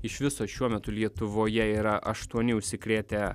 iš viso šiuo metu lietuvoje yra aštuoni užsikrėtę